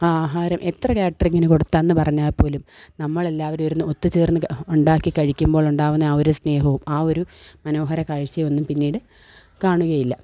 ആഹാരം എത്ര കാറ്ററിങ്ങിന് കൊടുത്താന്ന് പറഞ്ഞാൽ പോലും നമ്മളെല്ലാവരും ഇരുന്ന് ഒത്തു ചേർന്ന് ഉണ്ടാക്കി കഴിക്കുമ്പോഴുണ്ടാകുന്ന ആ ഒരു സ്നേഹവും ആ ഒരു മനോഹര കാഴ്ചയൊന്നും പിന്നീട് കാണുകയില്ല